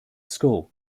school